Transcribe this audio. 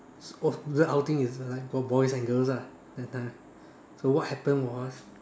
oh the outing is like got boys and girls lah that time so what happened was